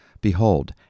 Behold